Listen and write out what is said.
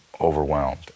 overwhelmed